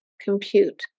compute